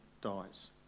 dies